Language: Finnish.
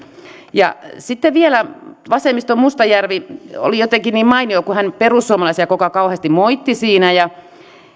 sitten vielä vasemmiston mustajärvi oli jotenkin niin mainio kun hän perussuomalaisia koko ajan kauheasti moitti ja